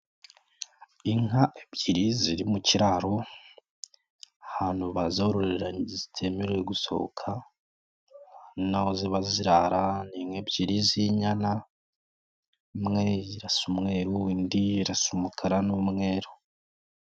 Inka ebyiri ziri mu kiraro, ahantu bazororera ntizemerewe gusohoka, naho ziba zirara ni inka ebyiri z'inyana imwe irasa umweru, indi irasa umukara n'umweru.